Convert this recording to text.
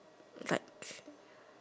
like